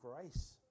grace